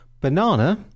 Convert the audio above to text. banana